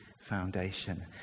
foundation